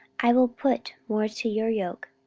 i will put more to your yoke